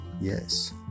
Yes